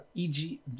eg